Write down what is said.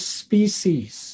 species